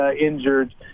injured